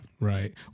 Right